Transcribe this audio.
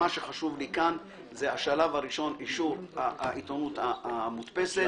מה שחשוב לי כאן זה אישור העיתונות המודפסת.